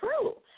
true